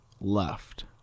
left